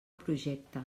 projecte